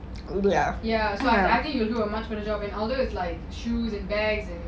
ya so I I mean you will do a much better job and aldo it's like shoes and bags